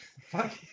fuck